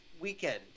weekend